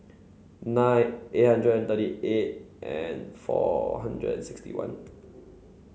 nine eight hundred thirty eight and four hundred and sixty one